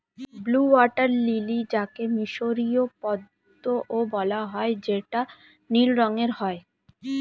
blue water lily যাকে মিসরীয় পদ্মও বলা হয় যেটা নীল রঙের হয়